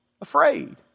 Afraid